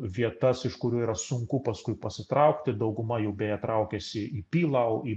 vietas iš kurių yra sunku paskui pasitraukti dauguma jų beje traukiasi į pilau į